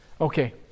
Okay